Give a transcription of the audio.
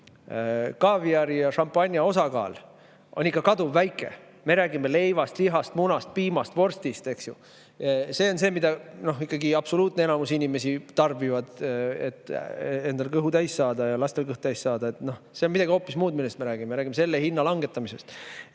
kaaviari ja šampanja osakaal on kaduvväike. Me räägime leivast, lihast, munast, piimast, vorstist, eks ju. See on see, mida ikkagi absoluutne enamus tarbib, et endal kõht täis saada ja lastel kõht täis saada. See on midagi hoopis muud, millest me räägime. Me räägime selle hinna langetamisest.